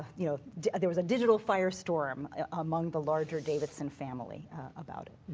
ah you know there was a digital firestorm among the larger davidson family about it.